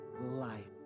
life